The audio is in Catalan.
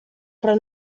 però